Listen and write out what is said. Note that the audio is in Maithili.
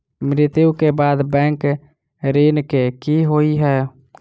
मृत्यु कऽ बाद बैंक ऋण कऽ की होइ है?